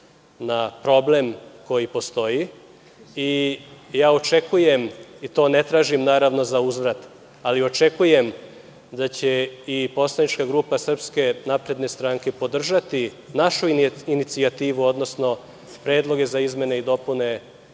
na problem koji postoji i očekujem i to ne tražim za uzvrat, ali očekujem da će i poslanička grupa SNS podržati našu inicijativu, odnosno predloge za izmene i dopune